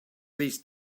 these